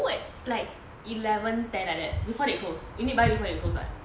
no at like eleven ten like that before they close you need to buy before they close [what]